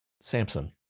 Samson